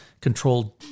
controlled